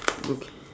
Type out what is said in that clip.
okay